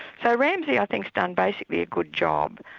so ramsi i think's done basically a good job.